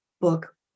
book